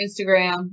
Instagram